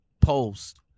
post